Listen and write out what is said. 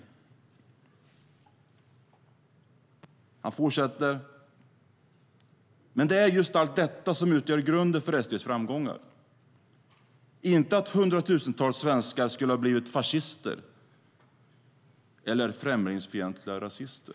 Men det är just allt detta som utgör grunden för SD:s framgångar, inte att hundratusentals svenskar skulle ha blivit fascister eller främlingsfientliga rasister.